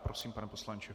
Prosím, pane poslanče.